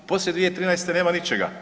Poslije 2013. nema ničega.